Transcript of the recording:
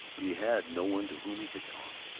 he had no one to whom he could talk.